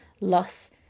loss